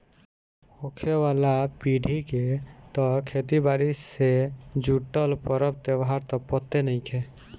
होखे वाला पीढ़ी के त खेती बारी से जुटल परब त्योहार त पते नएखे